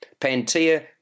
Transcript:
Pantia